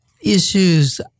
issues